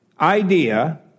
idea